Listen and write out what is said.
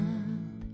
up